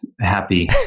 happy